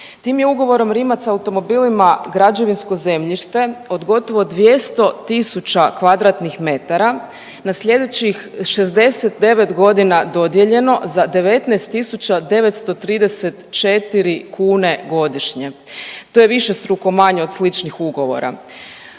Tim je ugovorom Rimac automobilima građevinsko zemljište od gotovo 200.000 m2 na slijedećih 69 godina dodijeljeno za 19.934 kune godišnje. To je višestruko manje od sličnih ugovora.